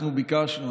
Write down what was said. אנחנו ביקשנו,